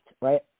right